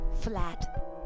Flat